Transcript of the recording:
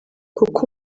kuko